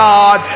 God